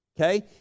okay